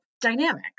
dynamics